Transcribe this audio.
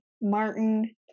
Martin